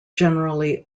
generally